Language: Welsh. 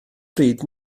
bryd